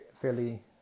fairly